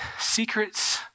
secrets